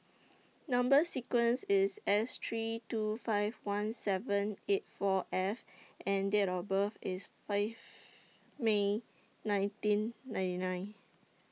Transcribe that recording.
Number sequence IS S three two five one seven eight four F and Date of birth IS five May nineteen ninety nine